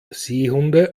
seehunde